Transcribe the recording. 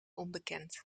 onbekend